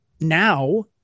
now